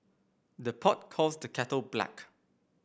the pot calls the kettle black